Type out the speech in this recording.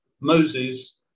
Moses